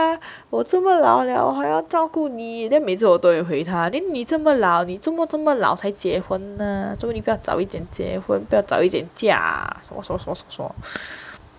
我这么老了还要照顾你 then 每次我都有回他 then 你这么老你这么这么老才结婚呢做么你不要早一点结婚不要早一点嫁什么什么什么